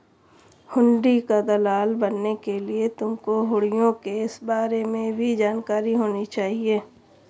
हुंडी का दलाल बनने के लिए तुमको हुँड़ियों के बारे में भी जानकारी होनी चाहिए